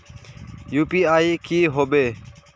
UPI की होबे है?